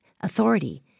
authority